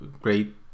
great